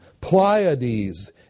Pleiades